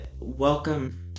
welcome